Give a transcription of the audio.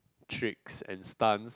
tricks and stunts